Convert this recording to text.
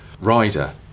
rider